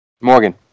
Morgan